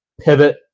pivot